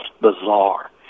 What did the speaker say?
bizarre